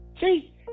See